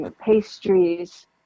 pastries